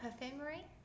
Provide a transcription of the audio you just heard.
Perfumery